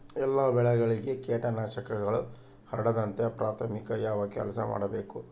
ಎಲ್ಲ ಬೆಳೆಗಳಿಗೆ ಕೇಟನಾಶಕಗಳು ಹರಡದಂತೆ ಪ್ರಾಥಮಿಕ ಯಾವ ಕೆಲಸ ಮಾಡಬೇಕು?